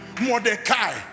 Mordecai